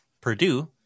Purdue